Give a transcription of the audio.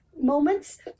moments